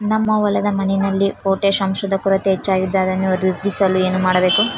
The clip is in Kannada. ನಮ್ಮ ಹೊಲದ ಮಣ್ಣಿನಲ್ಲಿ ಪೊಟ್ಯಾಷ್ ಅಂಶದ ಕೊರತೆ ಹೆಚ್ಚಾಗಿದ್ದು ಅದನ್ನು ವೃದ್ಧಿಸಲು ಏನು ಮಾಡಬೇಕು?